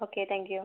okay thank you